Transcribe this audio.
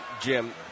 Jim